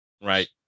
right